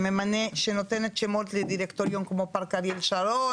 שנותן שמות לדירקטוריון כמו פארק אריאל שרון